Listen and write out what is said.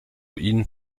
ihn